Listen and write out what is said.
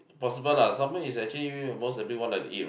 impossible lah salmon is actually almost everyone like to eat right